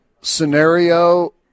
scenario